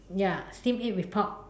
ya steam egg with pork